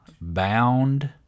Bound